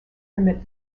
permit